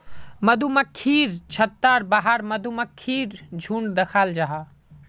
मधुमक्खिर छत्तार बाहर मधुमक्खीर झुण्ड दखाल जाहा